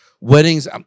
Weddings